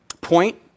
point